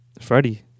Freddie